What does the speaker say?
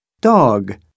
dog